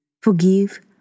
Forgive